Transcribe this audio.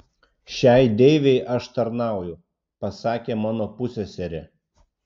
šiai deivei aš tarnauju pasakė mano pusseserė